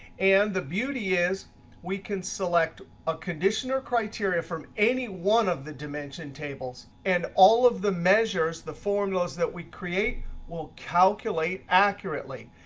and the beauty is we can select a condition or criteria from any one of the dimension tables, and all of the measures the formulas that we create will calculate accurately.